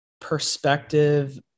perspective